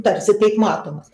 tarsi taip matomas